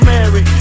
Mary